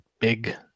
big